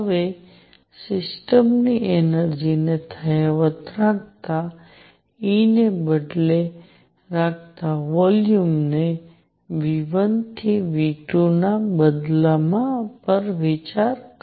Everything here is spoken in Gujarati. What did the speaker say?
હવે સિસ્ટમની એનર્જી ને યથાવત રાખતા E ને બદલવા રાખતા વોલ્યુમને V1 થી V2 માં બદલવા પર વિચાર કરો